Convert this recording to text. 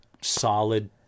solid